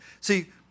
See